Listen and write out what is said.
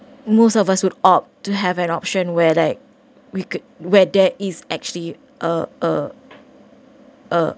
most of us would opt to have an option where we could where there is actually uh uh uh